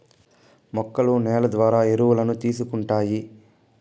మొక్కలు నేల ద్వారా ఎరువులను తీసుకుంటాయి